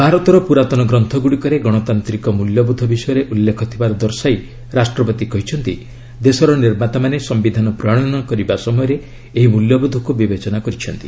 ଭାରତର ପୁରାତନ ଗ୍ରନ୍ଥଗୁଡ଼ିକରେ ଗଣତାନ୍ତ୍ରିକ ମୂଲ୍ୟବୋଧ ବିଷୟରେ ଉଲ୍ଲେଖ ଥିବାର ଦର୍ଶାଇ ରାଷ୍ଟ୍ରପତି କହିଛନ୍ତି ଦେଶର ନିର୍ମାତାମାନେ ସିୟିଧାନ ପ୍ରଣୟନ କରିବା ସମୟରେ ଏହି ମୂଲ୍ୟବୋଧକୁ ବିବେଚନା କରିଛନ୍ତି